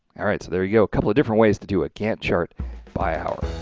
alright, so there you go a couple of different ways to do a gantt chart by hour.